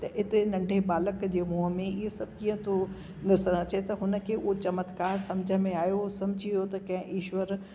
त एतिरे नंढे बालक जे मुंहुं में इहो सभु कीअं थो नज़र अचे त हुन खे उहो चमत्कारु सम्झ में आहियो सम्झी वियो त कंहिं ईश्वर